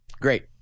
Great